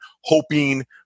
hoping